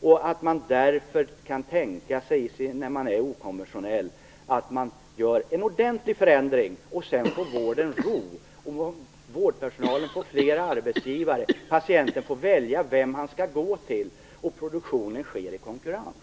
Kan regeringen nu inte tänka sig att vara okonventionell, göra en ordentlig förändring och sedan ge vården ro så att vårdpersonalen får fler arbetsgivare, patienten får välja vem han vill gå till och produktionen ske i konkurrens?